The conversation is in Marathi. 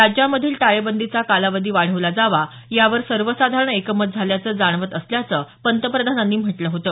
राज्यांमधील टाळेबंदीचा कालावधी वाढवला जावा यावर सर्वसाधारण एकमत झाल्याचं जाणवत असल्याचं पंतप्रधानांनी म्हटलं होतं